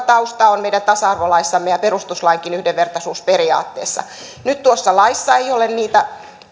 tausta on meidän tasa arvolaissamme ja perustuslainkin yhdenvertaisuusperiaatteessa kun nyt tuossa laissa ei ole niitä